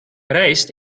rijst